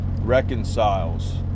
Reconciles